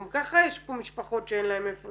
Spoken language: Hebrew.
גם ככה יש פה משפחות שאין להן איפה